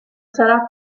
sarà